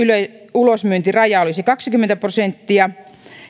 ulosmyyntiraja olisi kaksikymmentä prosenttia